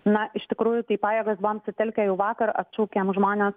na iš tikrųjų tai pajėgas buvom sutelkę jau vakar atšaukėm žmones